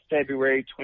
February